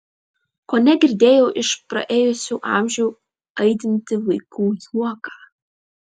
kone girdėjau iš praėjusių amžių aidintį vaikų juoką